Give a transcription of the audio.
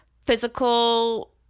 physical